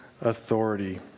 authority